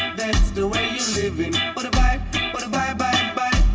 that's the way you living buh-dah-bye buh-dah-bye, but